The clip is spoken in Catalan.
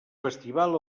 festival